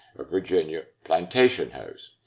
a virginia plantation house.